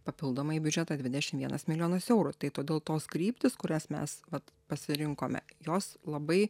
papildomai į biudžetą dvidešim vienas milijonas eurų tai todėl tos kryptys kurias mes vat pasirinkome jos labai